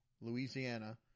Louisiana